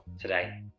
today